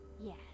Yes